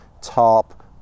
tarp